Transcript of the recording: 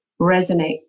resonate